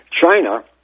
China